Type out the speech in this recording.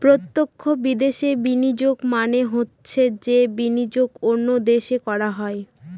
প্রত্যক্ষ বিদেশে বিনিয়োগ মানে হচ্ছে যে বিনিয়োগ অন্য দেশে করা হয়